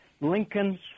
Lincoln's